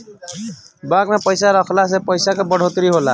bank में पइसा रखला से पइसा के बढ़ोतरी होला